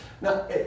Now